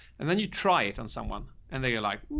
and then you try it on someone. and then you're like,